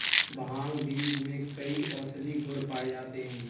भांग बीज में कई औषधीय गुण पाए जाते हैं